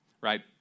right